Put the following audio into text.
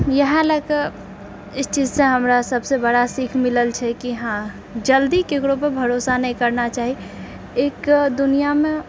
इएह लएके इस चीजसे हमरा सबसँ बड़ा सीख मिलल छै कि हँ जल्दी ककरो पर भरोसा नहि करना चाही एक दुनियामे